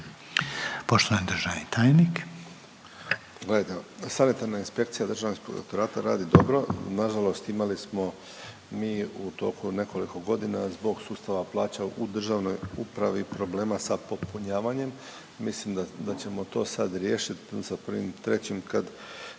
poštovani državni tajniče